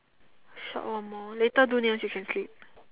short of more later do nails you can clip